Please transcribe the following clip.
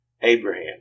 Abraham